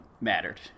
mattered